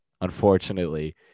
unfortunately